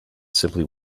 simply